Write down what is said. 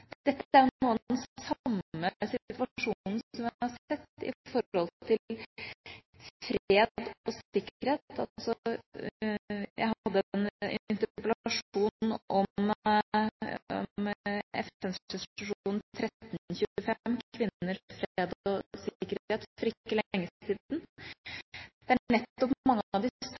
Dette er noe av den samme situasjonen som vi har sett i forhold til fred og sikkerhet. Jeg hadde en interpellasjon om FNs resolusjon 1325 om kvinner, fred og sikkerhet for ikke lenge siden, der nettopp mange av de